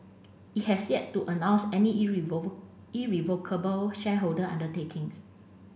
it has yet to announce any irrevocable shareholder undertakings